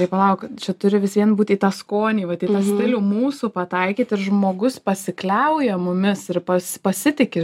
tai palauk čia turi vis vien būt į tą skonį vat į tą stilių mūsų pataikyt ir žmogus pasikliauja mumis ir pas pasitiki